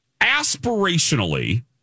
aspirationally